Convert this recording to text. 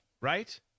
right